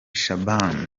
shaban